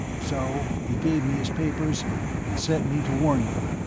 so he gave me his papers and sent me to warn you